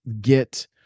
get